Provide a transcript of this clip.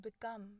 become